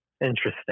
Interesting